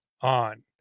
ON